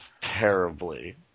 terribly